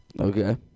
Okay